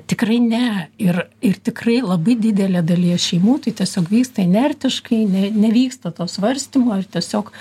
tikrai ne ir ir tikrai labai didelėje dalyje šeimų tai tiesiog vyksta inertiškai ne nevyksta to svarstymo ir tiesiog